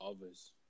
Others